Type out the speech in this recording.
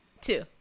Two